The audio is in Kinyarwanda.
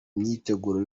myiteguro